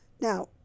now